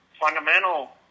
fundamental